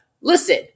listen